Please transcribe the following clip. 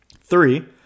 Three